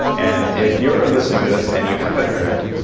and if you're listening to this and you haven't heard,